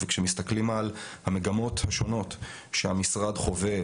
וכאשר מסתכלים על המגמות השונות שהמשרד חווה,